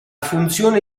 funzione